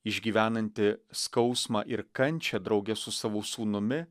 išgyvenanti skausmą ir kančią drauge su savo sūnumi